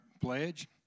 pledge